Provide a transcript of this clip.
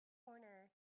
corner